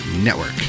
Network